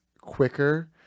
quicker